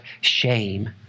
shame